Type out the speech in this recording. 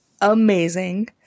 amazing